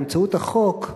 באמצעות החוק,